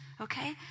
Okay